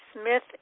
Smith